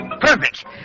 Perfect